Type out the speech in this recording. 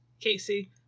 Casey